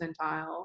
percentile